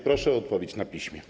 Proszę o odpowiedź na piśmie.